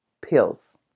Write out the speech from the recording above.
pills